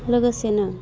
लोगोसेनो